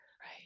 Right